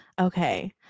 okay